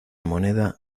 moneda